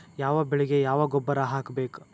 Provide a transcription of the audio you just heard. ಯಾವ ಬೆಳಿಗೆ ಯಾವ ಗೊಬ್ಬರ ಹಾಕ್ಬೇಕ್?